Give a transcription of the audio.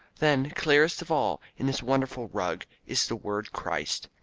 then clearest of all in this wonderful rug is the word christ.